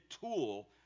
tool